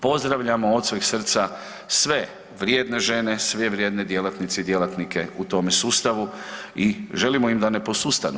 Pozdravljamo od sveg srca sve vrijedne žene, sve vrijedne djelatnice i djelatnike u tome sustavu i želimo im da ne posustanu.